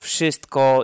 Wszystko